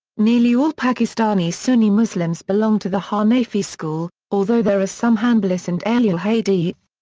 nearly all pakistani sunni muslims belong to the hanafi school, although there are some hanbalis and ahlul hadeeth.